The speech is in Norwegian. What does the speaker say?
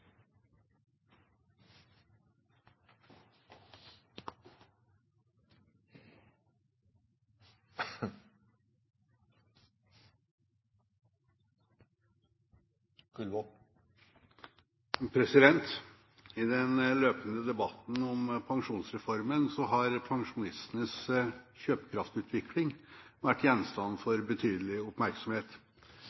til. I den løpende debatten om pensjonsreformen har pensjonistenes kjøpekraftsutvikling vært gjenstand